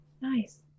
nice